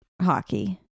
hockey